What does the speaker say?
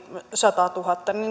satatuhatta